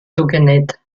zugenäht